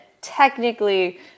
technically